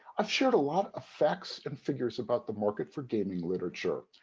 i've shared a lot of facts and figures about the market for gaming literature,